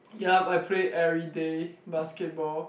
yup I play everyday basketball